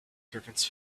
servants